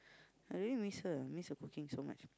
I really miss her I miss her cooking so much